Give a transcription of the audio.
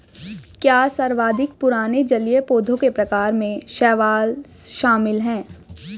क्या सर्वाधिक पुराने जलीय पौधों के प्रकार में शैवाल शामिल है?